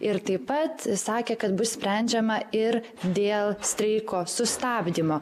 ir taip pat sakė kad bus sprendžiama ir dėl streiko sustabdymo